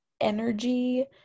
energy